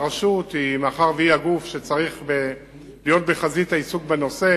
שמאחר שהרשות היא הגוף שצריך להיות בחזית העיסוק בנושא,